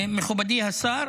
מכובדי השר,